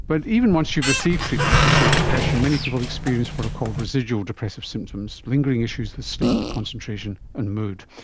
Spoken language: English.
but even once you've received treatment for, say, depression, many people experience what are called residual depressive symptoms, lingering issues with sleep, concentration and mood.